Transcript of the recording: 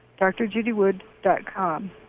drjudywood.com